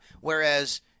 whereas